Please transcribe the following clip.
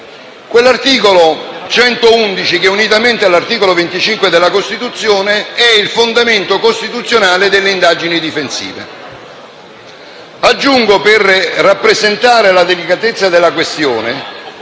all'articolo 111 che, unitamente all'articolo 25 della Costituzione, è il fondamento costituzionale delle indagini difensive. Per rappresentare la delicatezza della questione,